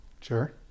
Sure